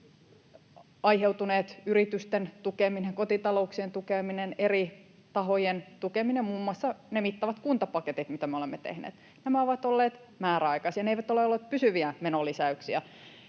aiheutuneet yritysten tukeminen, kotitalouksien tukeminen, eri tahojen tukeminen, muun muassa ne mittavat kuntapaketit, mitä me olemme tehneet, ovat olleet määräaikaisia. Ne eivät ole olleet pysyviä menolisäyksiä,